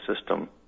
system